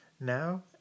Now